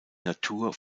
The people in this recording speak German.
natur